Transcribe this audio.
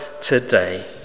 today